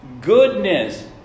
Goodness